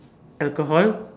alcohol